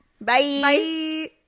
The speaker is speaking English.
Bye